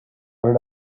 what